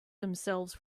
themselves